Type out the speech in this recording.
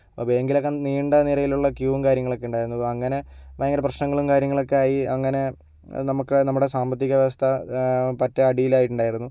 അപ്പോൾ ബാങ്കിലൊക്കെ നീണ്ട നിരയിലുള്ള ക്യുവും കാര്യങ്ങളൊക്കെ ഉണ്ടായിരുന്നു അങ്ങനെ ഭയങ്കര പ്രശ്നങ്ങളും കാര്യങ്ങളൊക്കെ ആയി അങ്ങനെ നമുക്ക് ഈയിടെ നമ്മുടെ സാമ്പത്തിക വ്യവസ്ഥ പറ്റേ അടിയിലായിട്ടുണ്ടായിരുന്നു